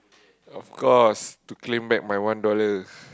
of course to claim back my one dollars